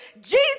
Jesus